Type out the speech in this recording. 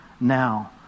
now